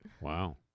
Wow